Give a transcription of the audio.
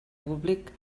públic